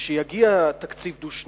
כשיגיע תקציב דו-שנתי,